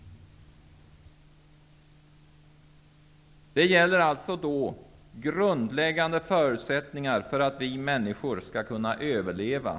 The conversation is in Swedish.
Det gäller grundläggande förutsättningar för att vi människor skall kunna överleva.